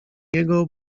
jego